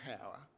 power